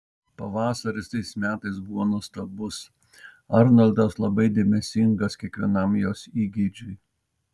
pavasaris tais metais buvo nuostabus arnoldas labai dėmesingas kiekvienam jos įgeidžiui